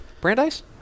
Brandeis